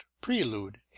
Prelude